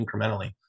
incrementally